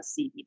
CBD